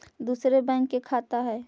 दुसरे बैंक के खाता हैं?